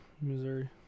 Missouri